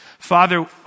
Father